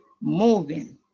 moving